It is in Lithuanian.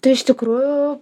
tai iš tikrųjų